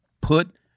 put